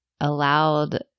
allowed